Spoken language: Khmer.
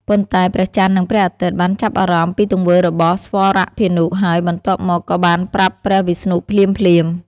ប៉ុន្តែ ព្រះចន្ទ និងព្រះអាទិត្យបានចាប់អារម្មណ៍ពីទង្វើរបស់ស្វរភានុ ហើយបន្ទាប់មកក៏បានប្រាប់ព្រះវិស្ណុភ្លាមៗ។